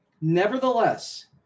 Nevertheless